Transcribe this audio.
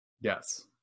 Yes